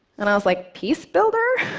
and i was like, peacebuilder?